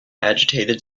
agitated